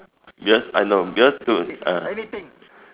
yes I know because to ah